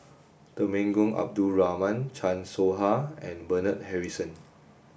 Temenggong Abdul Rahman Chan Soh Ha and Bernard Harrison